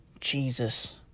Jesus